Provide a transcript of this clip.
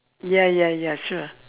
ya ya ya sure